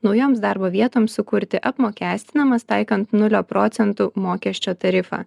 naujoms darbo vietoms sukurti apmokestinamas taikant nulio procentų mokesčio tarifą